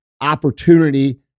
opportunity